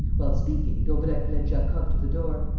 while speaking, daubrecq led jacob to the door.